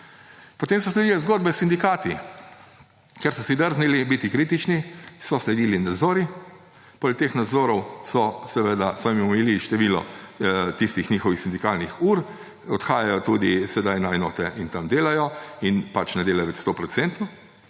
Potem so sledile zgodbe s sindikati. Ker so si drznili biti kritični, so sledili nadzori, poleg teh nadzorov so jim omejili število tistih njihovih sindikalnih ur, odhajajo tudi sedaj na enote in tam delajo. In ne delajo več stoodstotno,